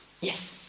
Yes